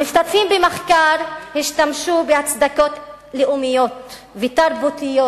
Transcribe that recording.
המשתתפים במחקר השתמשו בהצדקות לאומיות ותרבותיות